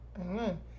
Amen